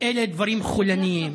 אלה דברים חולניים,